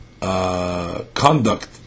conduct